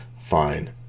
Fine